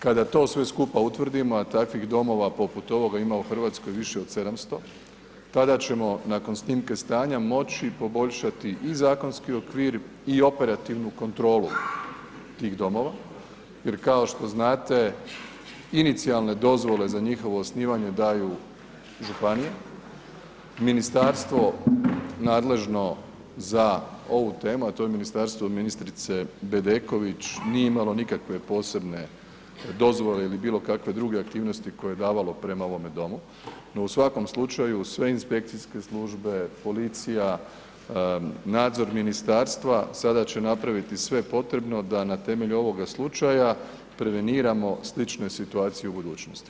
Kada to sve skupa utvrdimo, a takvih domova poput ovoga ima u Hrvatskoj više od 700, tada ćemo nakon snimke stanja moći poboljšati i zakonski okvir i operativnu kontrolu tih domova, jer kao što znate inicijalne dozvole za njihovo osnivanje daju županije, ministarstvo nadležno za ovu temu, a to je ministarstvo ministrice Bedeković nije imalo nikakve posebne dozvole ili bilo kakve druge aktivnosti koje je davalo prema ovome domu, no u svakom slučaju sve inspekcijske službe, policija, nadzor ministarstva sada će napraviti sve potrebno da na temelju ovoga slučaja preveniramo slične situacije u budućnosti.